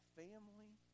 family